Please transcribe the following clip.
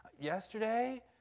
yesterday